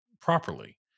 properly